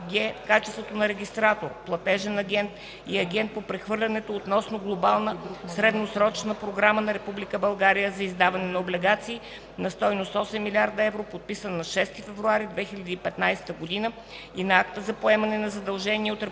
качеството на Регистратор, Платежен агент и Агент по прехвърлянето относно Глобална средносрочна програма на Република България за издаване на облигации на стойност 8 млрд. евро, подписан на 6 февруари 2015 г. и Акта за поемане на задължения от